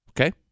Okay